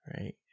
right